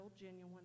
genuine